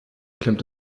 klemmt